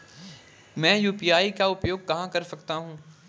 मैं यू.पी.आई का उपयोग कहां कर सकता हूं?